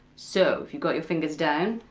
so, if you've got your fingers down,